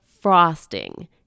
frosting